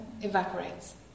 evaporates